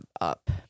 up